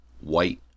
white